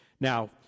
Now